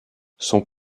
son